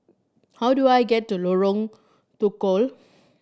how do I get to Lorong Tukol